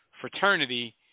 fraternity